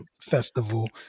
festival